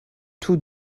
tous